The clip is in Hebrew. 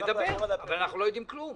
נדבר, אבל אנחנו לא יודעים כלום.